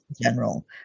general